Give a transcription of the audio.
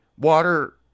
water